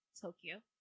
Tokyo